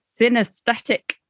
synesthetic